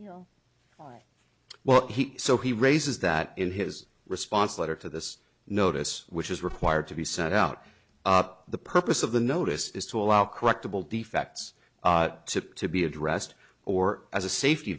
you know what he so he raises that in his response letter to this notice which is require to be sent out the purpose of the notice is to allow correctable defects to be addressed or as a safety